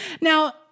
Now